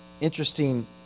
Interesting